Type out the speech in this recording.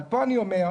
אבל פה אני אומר,